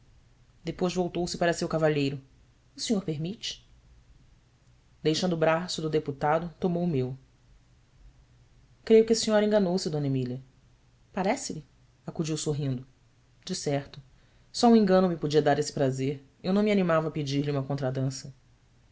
depois voltou-se para seu cavalheiro senhor permite deixando o braço do deputado tomou o meu reio que a senhora enganou-se mília arece lhe acudiu sorrindo ecerto só um engano me podia dar este prazer eu não me animava a pedir-lhe uma contradança